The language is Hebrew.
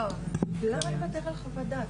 אבל למה לוותר על חוות דעת?